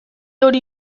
hori